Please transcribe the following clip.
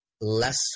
less